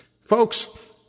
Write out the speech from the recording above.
Folks